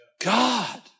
God